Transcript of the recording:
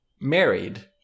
married